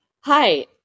Hi